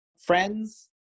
friends